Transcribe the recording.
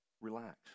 Relax